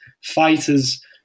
fighters